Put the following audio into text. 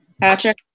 Patrick